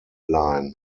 line